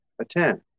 Attend